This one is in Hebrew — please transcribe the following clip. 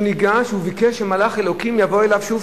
הוא ניגש והוא ביקש שמלאך אלוקים יבוא אליו שוב,